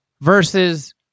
Versus